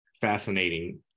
fascinating